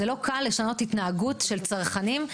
לא קל לשנות התנהגות של צרכנים.